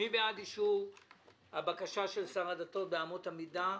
מי בעד אישור הבקשה של שר הדתות לגבי אמות המידה?